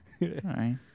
right